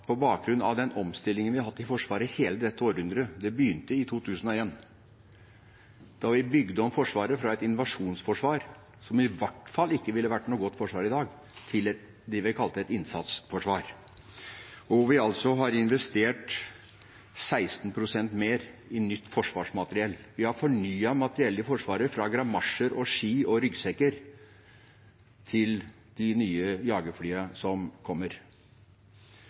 på bakgrunn av den omstillingen vi har hatt i Forsvaret hele dette århundret – det begynte i 2001, da vi bygde om Forsvaret fra et innovasjonsforsvar, som i hvert fall ikke ville ha vært noe godt forsvar i dag, til det vi kaller et innsatsforsvar – hvor vi altså har investert 16 pst. mer i nytt forsvarsmateriell. Vi har fornyet materiellet i Forsvaret fra gamasjer, ski og ryggsekker til de nye jagerflyene som kommer.